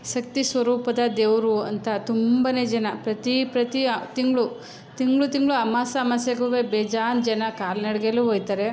ಶಕ್ತಿ ಸ್ವರೂಪದ ದೇವರು ಅಂತ ತುಂಬನೇ ಜನ ಪ್ರತಿ ಪ್ರತಿ ತಿಂಗಳು ತಿಂಗ್ಳು ತಿಂಗಳು ಅಮವಾಸ್ಯೆ ಅಮಾವಾಸ್ಯೆಗೂ ಬೇಜಾನು ಜನ ಕಾಲ್ನಡಿಗೆಯಲ್ಲೂ ಹೋಗ್ತಾರೆ